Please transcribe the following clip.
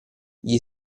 gli